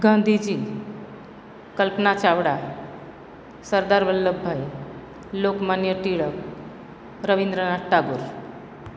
Gandhiji Kalpana Chawla Sardar Vallabhbhai Lokmanya Tilak Rabindranath Tagore